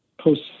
post